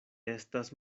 estas